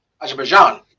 Azerbaijan